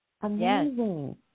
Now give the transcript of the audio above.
amazing